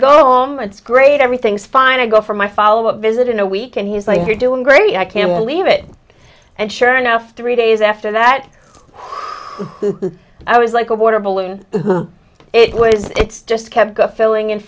go home it's great everything's fine i go for my follow up visit in a week and he's like you're doing great i can't believe it and sure enough three days after that hoop i was like a water balloon it was it's just kept filling